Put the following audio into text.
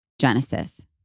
Genesis